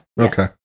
Okay